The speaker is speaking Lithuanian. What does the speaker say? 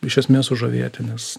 iš esmės sužavėti nes